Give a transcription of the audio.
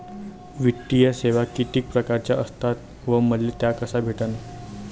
वित्तीय सेवा कितीक परकारच्या असतात व मले त्या कशा भेटन?